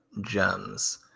gems